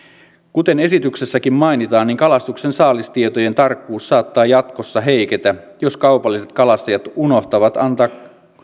kuten esityksessäkin mainitaan kalastuksen saalistietojen tarkkuus saattaa jatkossa heiketä jos kaupalliset kalastajat unohtavat antaa